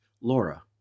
Laura